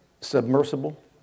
submersible